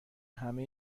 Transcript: همه